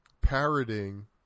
parroting